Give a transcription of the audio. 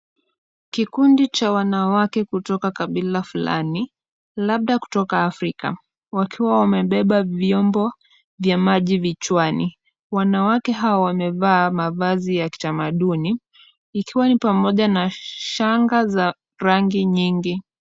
Kikundi cha wanawake kutoka kabila fulani, labda kutoka Afrika, wakiwa wamebeba vyombo vya maji vichwani. Wanawake hawa wamevaa mavazi ya kitamaduni ikiwa pamoja na shanga za rangi nyingi.